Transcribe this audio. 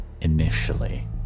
initially